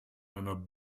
einer